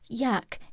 Yuck